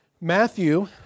Matthew